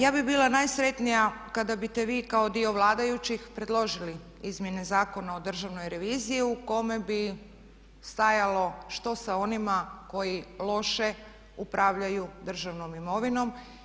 Ja bih bila najsretnija kada biste vi kao dio vladajućih predložili izmjene Zakona o Državnoj reviziji u kojem bi stajalo što sa onima koji loše upravljaju državnom imovinom.